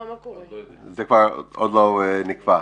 זה עוד לא נקבע.